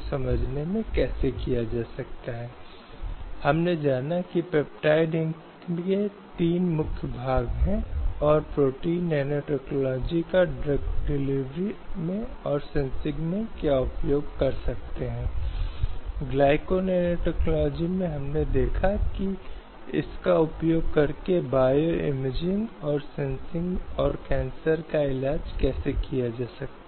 संदर्भ में जरूरी हो जाता है कि प्रत्येक महिला को भाषण देने का अधिकार है और अभिव्यक्ति का अधिकार है कि वह सभाओं में कहीं भी रहने और बसने के लिए और किसी भी पेशे या अपनी पसंद के क़ब्ज़े को समझने के लिए संघों का गठन कर सकती है